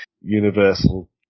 universal